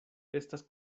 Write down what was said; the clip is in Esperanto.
estas